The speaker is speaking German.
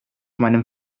meinem